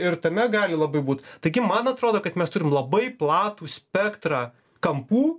ir tame gali labai būt taigi man atrodo kad mes turim labai platų spektrą kampų